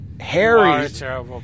Harry